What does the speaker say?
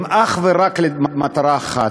הם אך ורק למטרה אחת: